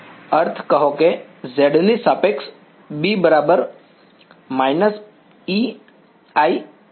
અર્થ કહો કે z ની સાપેક્ષ B બરાબર − EizA